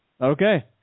Okay